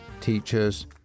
teachers